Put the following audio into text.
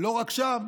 לא רק שם,